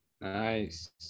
nice